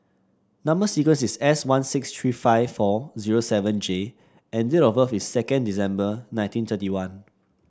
number sequence is S one six three five four zero seven G and date of birth is second December nineteen thirty one